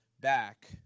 back